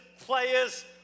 players